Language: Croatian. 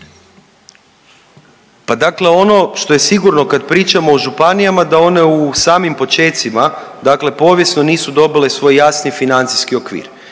Pa dakle ono što je sigurno kad pričamo o županijama da one u samim počecima dakle povijesno nisu dobile svoj jasni financijski okvir